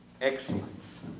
excellence